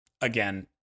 Again